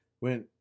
went